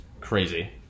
crazy